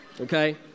okay